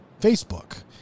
Facebook